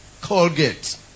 Colgate